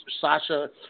Sasha